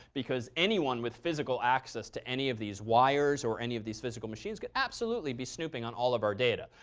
because anyone with physical access to any of these wires or any of these physical machines could absolutely be snooping on all of our data.